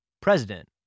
President